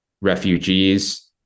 refugees